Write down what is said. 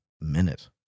minute